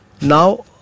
now